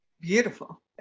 Beautiful